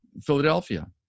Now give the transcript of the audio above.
Philadelphia